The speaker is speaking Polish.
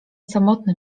samotny